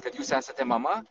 kad jūs esate mama